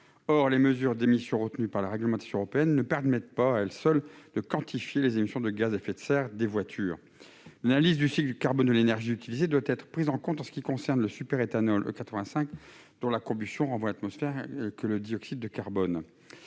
Or les mesures d'émissions retenues par la réglementation européenne ne permettent pas, à elles seules, de quantifier les émissions de gaz à effet de serre des voitures. L'analyse du cycle du carbone de l'énergie utilisée doit être prise en compte en ce qui concerne le superéthanol E85, dont la combustion renvoie dans l'atmosphère le dioxyde de carbone.